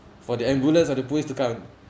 for the ambulance or the police to come